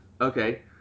Okay